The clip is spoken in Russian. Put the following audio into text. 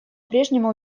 прежнему